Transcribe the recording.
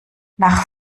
nach